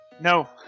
No